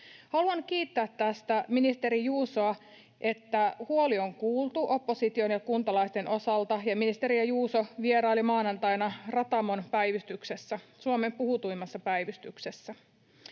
Haluan kiittää tästä ministeri Juusoa, että huoli on kuultu opposition ja kuntalaisten osalta ja ministeri Juuso vieraili maanantaina Ratamon päivystyksessä, Suomen puhutuimmassa päivystyksessä.